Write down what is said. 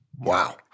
Wow